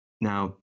Now